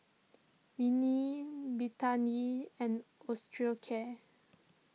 Rene Betadine and Osteocare